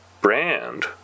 brand